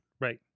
Right